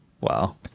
Wow